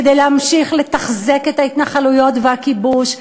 כדי להמשיך לתחזק את ההתנחלויות והכיבוש.